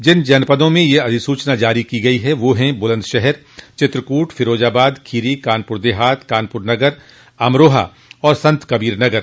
जिन जनपदों में यह अधिसूचना जारी की गई है वह है बुलन्दशहर चित्रकूट फिरोजाबाद खीरी कानपुर देहात कानपुर नगर अमरोहा और संतकबीरनगर